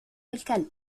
الكلب